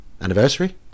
anniversary